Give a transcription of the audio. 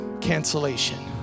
cancellation